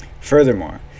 Furthermore